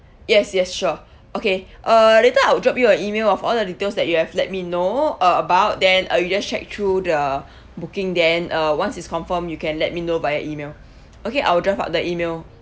yes yes sure okay uh later I'll drop you a email of all the details that you have let me know uh about then uh you just check through the booking then uh once it's confirmed you can let me know via email okay I will draft up the email